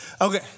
Okay